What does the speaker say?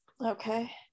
Okay